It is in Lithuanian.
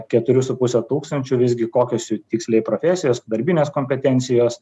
keturių su puse tūkstančių visgi kokios jų tiksliai profesijos darbinės kompetencijos